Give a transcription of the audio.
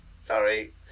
sorry